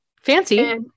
fancy